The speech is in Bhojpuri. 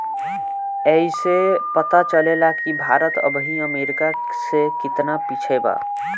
ऐइसे पता चलेला कि भारत अबही अमेरीका से केतना पिछे बा